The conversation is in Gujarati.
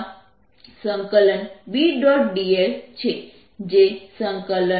dl છે જે B